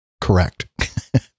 Correct